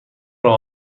راه